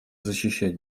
защищать